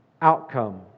Outcome